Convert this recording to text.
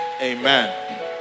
Amen